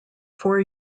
four